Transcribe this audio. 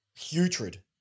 putrid